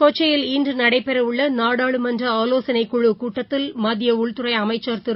கொச்சியில் இன்றுநடைபெறஉள்ளநாடாளுமன்றஆலோசனைக்குழுகூட்டத்தில் மத்தியஉள்துறைஅமைச்சள் திரு